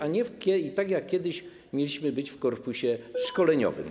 A nie tak jak kiedyś - mieliśmy być w korpusie szkoleniowym.